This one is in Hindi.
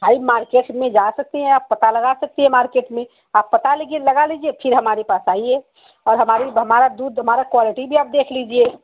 भाई मार्केट में जा सकती हैं आप पता लगा सकती हैं मार्केट में आप पता लेकिन लगा लीजिए फ़िर हमारे पास आइए और हमारी हमारा दूध हमारा क्वालिटी भी आप देख लीजिए